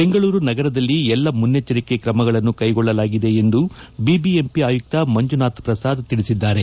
ಬೆಂಗಳೂರು ನಗರದಲ್ಲಿ ಎಲ್ಲಾ ಮುನ್ನೆಚ್ಚರಿಕೆ ಕ್ರಮಗಳನ್ನು ಕೈಗೊಳ್ಳಲಾಗಿದೆ ಎಂದು ಬಿಬಿಎಂಪಿ ಆಯುಕ್ತ ಮಂಜುನಾಥ್ ಪ್ರಸಾದ್ ತಿಳಿಸಿದ್ದಾರೆ